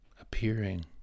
Appearing